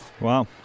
Wow